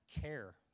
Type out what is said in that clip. care